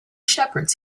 shepherds